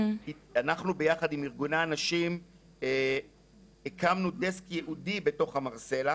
אנחנו ביחד עם ארגוני הנשים הקמנו דסק ייעודי בתוך המרסלה,